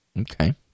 Okay